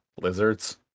lizards